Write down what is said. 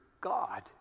God